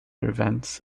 events